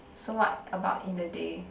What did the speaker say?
so what about in the day